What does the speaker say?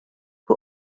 who